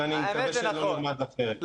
ואני מקווה שלא נרמז אחרת.